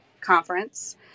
conference